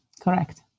Correct